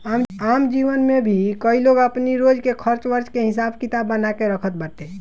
आम जीवन में भी कई लोग अपनी रोज के खर्च वर्च के हिसाब किताब बना के रखत बाटे